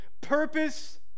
purpose